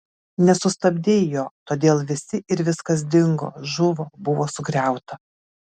nesustabdei jo todėl visi ir viskas dingo žuvo buvo sugriauta